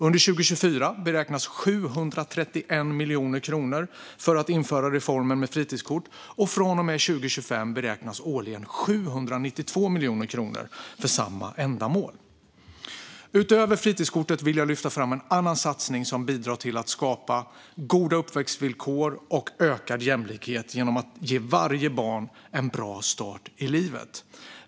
Under 2024 beräknas 731 miljoner kronor för att införa reformen med fritidskort, och från och med 2025 beräknas årligen 792 miljoner kronor för samma ändamål. Utöver fritidskortet vill jag lyfta fram en annan satsning som bidrar till att skapa goda uppväxtvillkor och ökad jämlikhet genom att ge varje barn en bra start i livet.